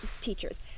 teachers